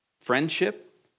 friendship